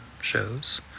shows